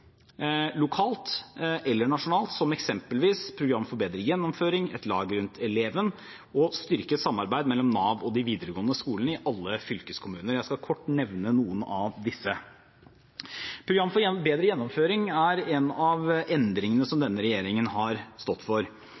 mellom Nav og de videregående skolene i alle fylkeskommuner. Jeg skal kort nevne noen av disse: Program for bedre gjennomføring er en av endringene som denne regjeringen har stått for.